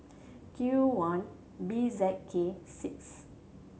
Q one B Z K six